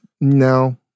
No